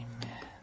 Amen